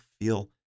feel